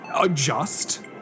adjust